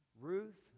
Ruth